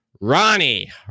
Ronnie